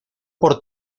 por